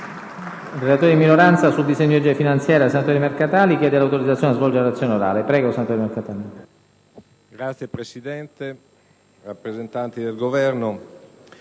Signor Presidente, rappresentanti del Governo,